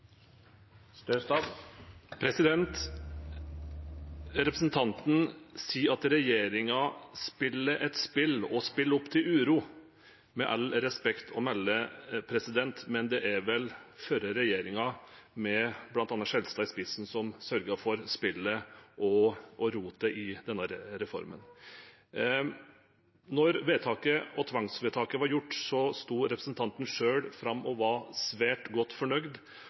replikkordskifte. Representanten sier at regjeringen spiller et spill og spiller opp til uro. Med respekt å melde er det vel den forrige regjeringen – med bl.a. Skjelstad i spissen – som sørget for spillet og rotet i denne reformen. Da vedtaket og tvangsvedtaket var gjort, sto representanten selv fram og var svært fornøyd